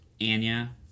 anya